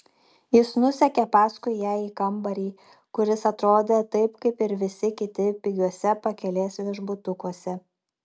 jis nusekė paskui ją į kambarį kuris atrodė taip kaip ir visi kiti pigiuose pakelės viešbutukuose